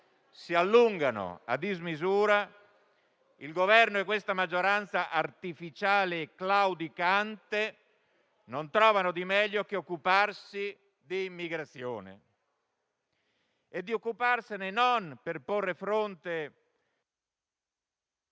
si allungano a dismisura, il Governo e questa maggioranza artificiale e claudicante non trovano di meglio che occuparsi di immigrazione. E di occuparsene non per porre fronte